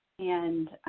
and